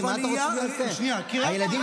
נתתי לכם